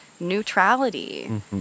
neutrality